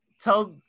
tell